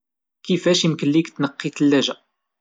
كفاش امكن لك تنقي ثلاجة؟